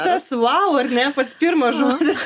tas vau ar ne pats pirmas žodis